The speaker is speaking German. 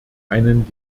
einen